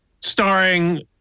starring